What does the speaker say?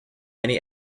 many